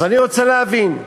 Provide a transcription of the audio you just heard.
אז אני רוצה להבין.